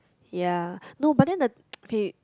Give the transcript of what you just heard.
ya no but then the okay